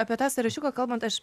apie tą sąrašiuką kalbant aš